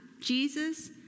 Jesus